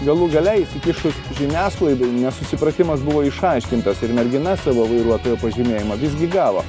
galų gale įsikišus žiniasklaidai nesusipratimas buvo išaiškintas ir mergina savo vairuotojo pažymėjimą visgi gavo